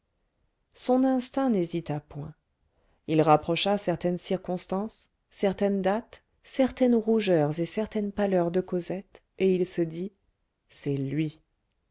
son instinct n'hésita point il rapprocha certaines circonstances certaines dates certaines rougeurs et certaines pâleurs de cosette et il se dit c'est lui